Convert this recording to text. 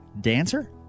dancer